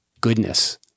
goodness